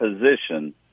position